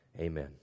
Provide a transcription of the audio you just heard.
amen